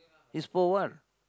is for what